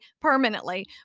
permanently